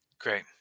Great